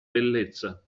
bellezza